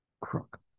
crook